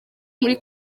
muri